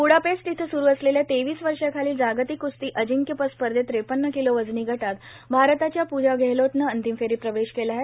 Budapest इथं स्रु असलेल्या तेवीस वर्षांखालील जागतिक क्स्ती अजिंक्यपद स्पर्धेत व्रेपन्न किलो वजनी गटात भारताच्या प्जा गेहलोतनं अंतिम फेरीत प्रवेश केला आहे